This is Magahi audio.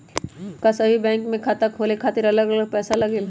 का सभी बैंक में खाता खोले खातीर अलग अलग पैसा लगेलि?